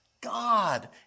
God